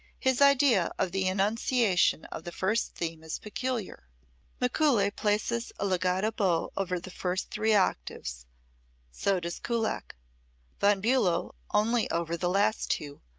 his idea of the enunciation of the first theme is peculiar mikuli places a legato bow over the first three octaves so does kullak von bulow only over the last two,